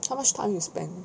how much time you spend